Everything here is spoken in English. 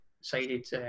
sided